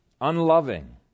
unloving